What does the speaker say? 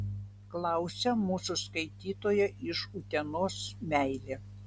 klausia mūsų skaitytoja iš utenos meilė